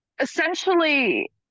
essentially